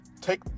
Take